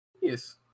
Yes